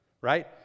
right